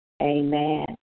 Amen